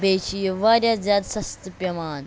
بیٚیہِ چھِ یہِ واریاہ زیادٕ سَستہٕ پیٚوان